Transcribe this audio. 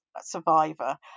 survivor